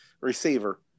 receiver